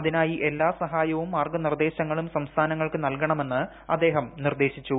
അതിനായി എല്ലാ സഹായവും മാർഗ്ഗനിർദ്ദേശങ്ങളും സംസ്ഥാനങ്ങൾക്ക് നൽകണമെന്ന് അദ്ദേഹം നിർദ്ദേശിച്ചു